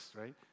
right